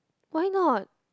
why not